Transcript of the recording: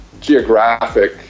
geographic